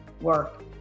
work